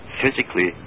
physically